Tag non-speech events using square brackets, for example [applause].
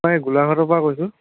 [unintelligible] গোলাঘাটৰ পৰা কৈছোঁ